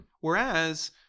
Whereas